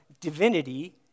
divinity